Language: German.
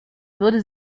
würde